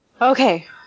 Okay